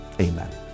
amen